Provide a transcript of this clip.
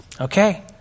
okay